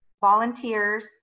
Volunteers